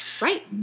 Right